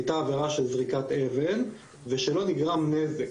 הייתה עבירה של זריקת אבן ושלא נגרם נזק